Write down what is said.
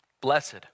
Blessed